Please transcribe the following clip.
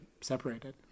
separated